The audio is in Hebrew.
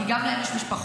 כי גם להם יש משפחות,